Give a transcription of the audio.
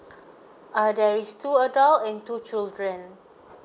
uh there is two adult and two children